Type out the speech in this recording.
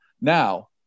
Now